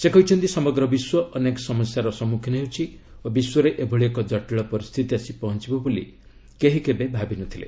ସେ କହିଛନ୍ତି ସମଗ୍ର ବିଶ୍ୱ ଅନେକ ସମସ୍ୟାର ସମ୍ମୁଖୀନ ହେଉଛି ଓ ବିଶ୍ୱରେ ଏଭଳି ଏକ ଜଟିଳ ପରିସ୍ଥିତି ଆସି ପହଞ୍ଚବ ବୋଲି କେହି କେବେ ଭାବିନଥିଲେ